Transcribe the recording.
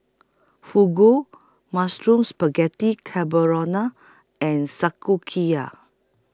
Fugu Mushroom Spaghetti and